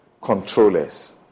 controllers